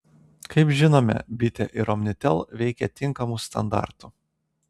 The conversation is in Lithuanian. kaip žinome bitė ir omnitel veikia tinkamu standartu